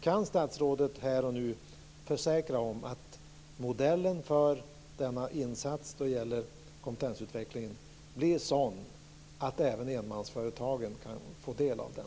Kan statsrådet här och nu försäkra att modellen för den insats som gäller kompetensutveckling blir sådan att även enmansföretag kan få del av den?